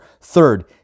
Third